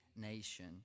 nation